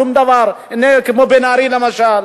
שום דבר, הנה, כמו בן-ארי, למשל.